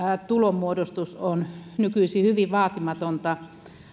tulonmuodostus on nykyisin hyvin vaatimatonta